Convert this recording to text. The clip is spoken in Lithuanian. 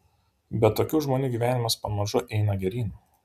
bet tokių žmonių gyvenimas pamažu eina geryn